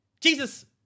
Jesus